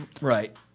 Right